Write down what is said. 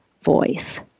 voice